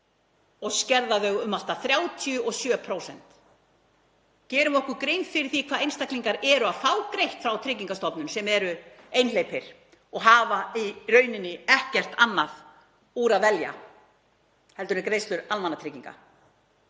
og skerða þau um allt að 37%? Gerum við okkur grein fyrir því hvað einstaklingar eru að fá greitt frá Tryggingastofnun sem eru einhleypir og hafa í raun engu öðru úr að velja en greiðslum almannatrygginga?